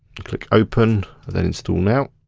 and click open, and then instal now.